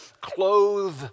clothe